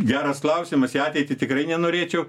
geras klausimas į ateitį tikrai nenorėčiau